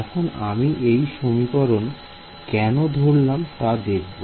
এখন আমি এই সমীকরণ কেন ধরলাম তা দেখব